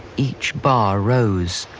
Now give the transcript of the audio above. each bar rose,